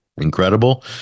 incredible